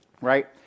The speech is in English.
right